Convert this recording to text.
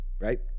right